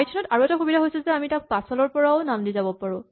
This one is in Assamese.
পাইথন ত আৰু এটা সুবিধা হৈছে যে আমি তাক পিছফালৰ পৰাও নাম দি যাব পাৰো